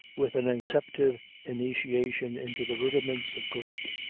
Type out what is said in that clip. with an inceptive initiation into the rudiments of greek,